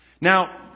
Now